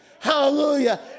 Hallelujah